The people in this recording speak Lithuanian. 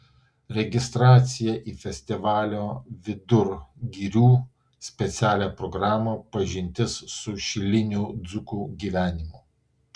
registracija į festivalio vidur girių specialią programą pažintis su šilinių dzūkų gyvenimu